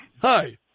Hi